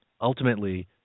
ultimately